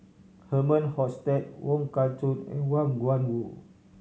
Herman Hochstadt Wong Kah Chun and Wang Gungwu